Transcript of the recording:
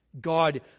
God